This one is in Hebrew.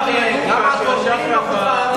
עיתונאי, חבר הכנסת שאמה,